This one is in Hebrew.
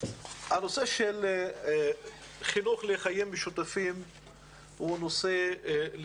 הנושא של חינוך לחיים משותפים לדעתי